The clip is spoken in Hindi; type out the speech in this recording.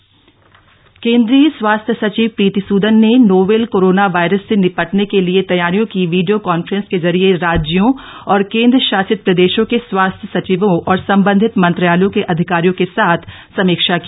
कोरोना वायरस केन्द्रीय स्वास्थ्य सचिव प्रीति सूदन ने नोवेल कोरोना वायरस से निपटने के लिए तैयारियों की वीडियो कांफ्रेस के जरिये राज्यों और केन्द्रशासित प्रदेशों के स्वास्थ्य सचिवों और संबंधित मंत्रालयों के अधिकारियों के साथ समीक्षा की